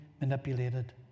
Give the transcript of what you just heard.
manipulated